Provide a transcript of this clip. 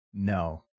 No